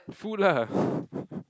food lah